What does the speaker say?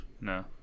No